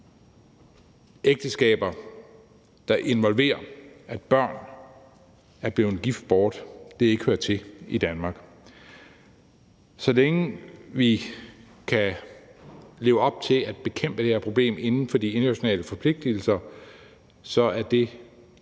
ægteskaber, der involverer, at børn er blevet gift bort, ikke hører til i Danmark. Så længe vi kan leve op til at bekæmpe det her problem inden for de internationale forpligtelser, er det